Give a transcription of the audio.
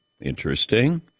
Interesting